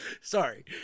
sorry